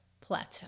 plateau